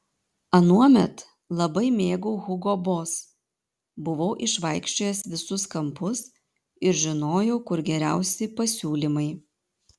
anuomet labai mėgau hugo boss buvau išvaikščiojęs visus kampus ir žinojau kur geriausi pasiūlymai